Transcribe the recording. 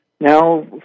now